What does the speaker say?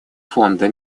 фонда